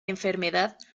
enfermedad